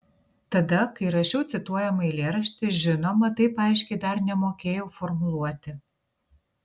tada kai rašiau cituojamą eilėraštį žinoma taip aiškiai dar nemokėjau formuluoti